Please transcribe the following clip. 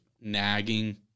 nagging